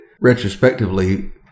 Retrospectively